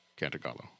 Cantagallo